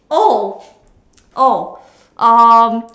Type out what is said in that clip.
oh oh um